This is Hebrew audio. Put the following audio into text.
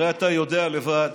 הרי אתה יודע לבד